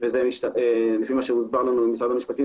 - וזה לפי מה שהוסבר לנו ממשרד המשפטים,